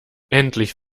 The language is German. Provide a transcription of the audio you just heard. endlich